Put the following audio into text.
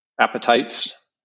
appetites